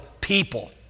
people